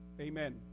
amen